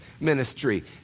ministry